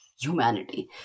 humanity